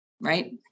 right